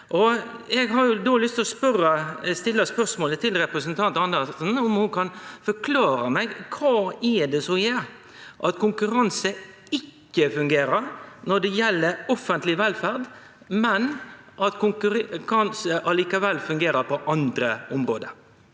til å stille spørsmålet til representanten Andersen: Kan ho forklare meg kva det er som gjer at konkurranse ikkje fungerer når det gjeld offentleg velferd, men at konkurranse likevel fungerer på andre område?